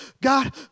God